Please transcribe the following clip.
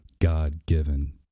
God-given